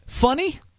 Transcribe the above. funny